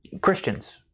Christians